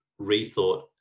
rethought